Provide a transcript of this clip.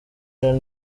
rero